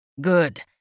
Good